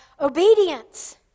obedience